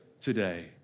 today